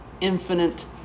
infinite